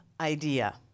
idea